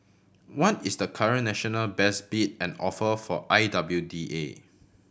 what is the current national best bid and offer for I W D A